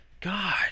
God